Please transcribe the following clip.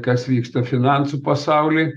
kas vyksta finansų pasauly